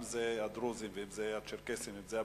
אם זה הדרוזים ואם זה הצ'רקסים ואם זה הבדואים,